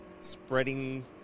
spreading